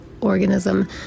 organism